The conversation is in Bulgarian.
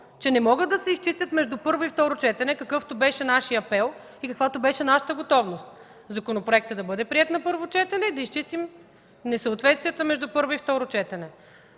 че не могат да се изчистят между първо и второ четене, какъвто беше нашият апел и каквато беше нашата готовност – законопроектът да бъде приет на първо четене и да изчистим несъответствията между първо и второ четене.